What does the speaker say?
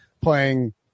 playing